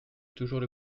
toujours